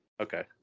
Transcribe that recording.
okay